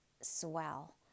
swell